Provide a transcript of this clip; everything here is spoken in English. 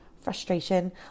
frustration